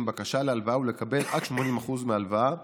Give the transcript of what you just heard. בקשה להלוואה ולקבל עד 80% מההלוואה